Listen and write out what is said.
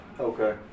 Okay